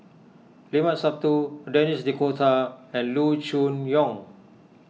Limat Sabtu Denis D'Cotta and Loo Choon Yong